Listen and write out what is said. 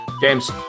James